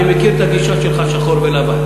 אני מכיר את הגישות שלך, שחור ולבן.